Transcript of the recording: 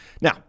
Now